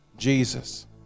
jesus